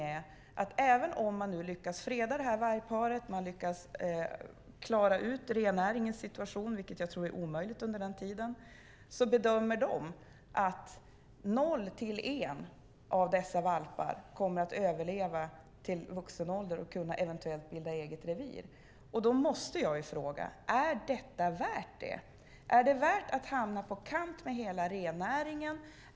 Även om man nu lyckas freda det här vargparet och klara rennäringens situation, vilket jag tror är omöjligt under den tiden, bedömer de att noll till en av dessa valpar kommer att överleva till vuxen ålder och eventuellt kunna bilda eget revir. Då måste jag fråga: Är det värt det? Är det värt att hamna på kant med hela rennäringen?